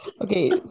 okay